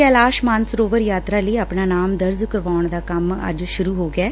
ਕੈਲਾਸ਼ ਮਾਨਸਰੋਵਰ ਯਾਤਰਾ ਲਈ ਆਪਣਾ ਨਾਮ ਦਰਜ਼ ਕਰਾਉਣ ਦਾ ਕੰਮ ਅੱਜ ਸੂਰੁ ਹੋ ਗਿਐ